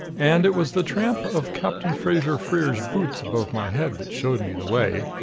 and it was the tramp of captain fraser-freer's boots above my head that showed me the way.